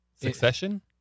succession